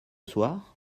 soir